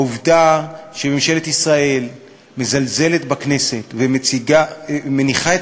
העובדה שממשלת ישראל מזלזלת בכנסת ומניחה את